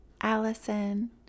Allison